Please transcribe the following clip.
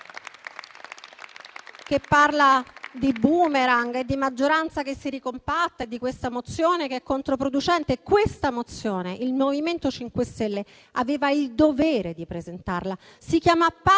che parla di *boomerang*, di maggioranza che si ricompatta e di una mozione che è controproducente, dico che questa mozione il MoVimento 5 Stelle aveva il dovere di presentarla. Si chiama patto